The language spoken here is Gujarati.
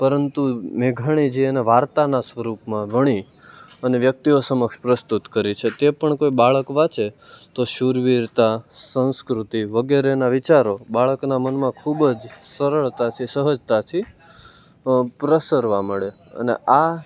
પરંતુ મેઘાણીજી એને વાર્તાના સ્વરૂપમાં વણી અને વ્યક્તિઓ સમક્ષ પ્રસ્તુત કરી છે તે પણ કોઈ બાળક વાંચે તો શૂરવીરતા સંસ્કૃતિ વગેરેના વિચારો બાળકના મનમાં ખૂબ જ સરળતાથી સહજતાથી પ્રસરવા મળે અને આ